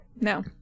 No